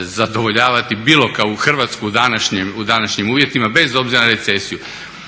zadovoljavati bilo kakvu Hrvatsku u današnjim uvjetima, vez obzira na recesiju.